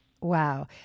Wow